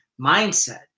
mindset